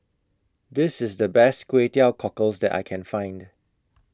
This IS The Best Kway Teow Cockles that I Can Find